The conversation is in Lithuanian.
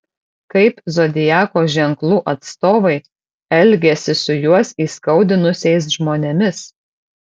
kaip zodiako ženklų atstovai elgiasi su juos įskaudinusiais žmonėmis